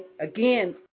again